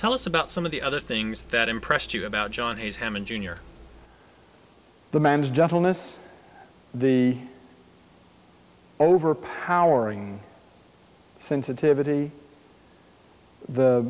tell us about some of the other things that impressed you about johnnie's hammond jr the man's dullness the overpowering sensitivity the